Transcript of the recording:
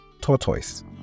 tortoise